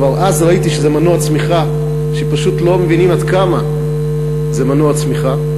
וכבר אז ראיתי שזה מנוע צמיחה שפשוט לא מבינים עד כמה הוא מנוע צמיחה,